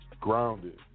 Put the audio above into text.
grounded